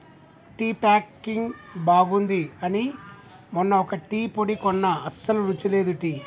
tea packing బాగుంది అని మొన్న ఒక టీ పొడి కొన్న అస్సలు రుచి లేదు టీ